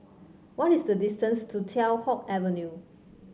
what is the distance to Teow Hock Avenue